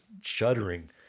shuddering